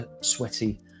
sweaty